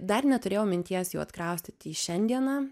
dar neturėjau minties jų atkraustyti į šiandieną